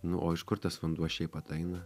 nu o iš kur tas vanduo šiaip ataina